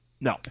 No